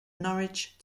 norwich